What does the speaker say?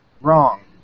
Wrong